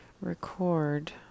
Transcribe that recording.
record